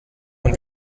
und